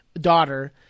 daughter